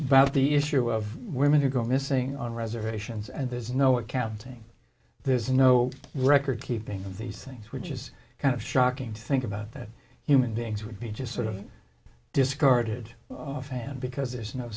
about the issue of women who go missing on reservations and there's no accounting there's no record keeping of these things which is kind of shocking to think about that human beings would be just sort of discarded fan because there's no